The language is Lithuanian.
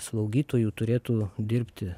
slaugytojų turėtų dirbti